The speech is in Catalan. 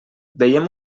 veiem